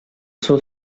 sol